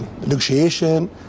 negotiation